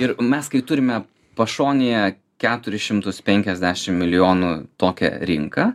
ir mes kai turime pašonėje keturis šimtus penkiasdešimt milijonų tokią rinką